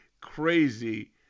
crazy